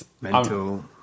Mental